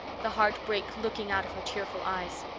the heartbreak looking out of her tearful eyes.